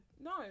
No